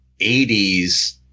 80s